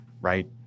right